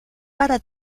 para